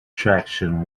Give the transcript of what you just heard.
traction